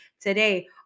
today